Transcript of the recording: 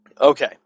Okay